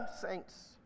saints